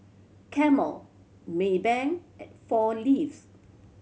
Camel Maybank and Four Leaves